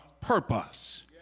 purpose